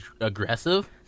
aggressive